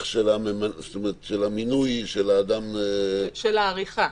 של המינוי של האדם --- של העריכה.